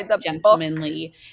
gentlemanly